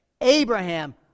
Abraham